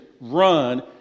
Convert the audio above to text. run